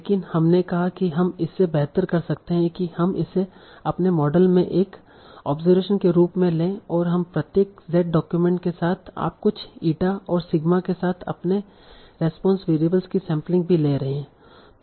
लेकिन हमने कहा कि हम इससे बेहतर कर सकते है कि हम इसे अपने मॉडल में एक ऑब्जरवेशन के रूप में लें और हम प्रत्येक z डॉक्यूमेंट के साथ आप कुछ ईटा और सिग्मा के साथ अपने रेस्पोंस वेरिएबल की सैंपलिंग भी ले रहे हैं